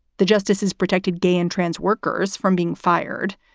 the justices protected gay and trans workers from being fired.